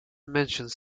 mentions